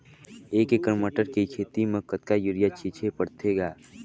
एक एकड़ मटर के खेती म कतका युरिया छीचे पढ़थे ग?